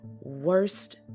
worst